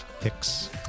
picks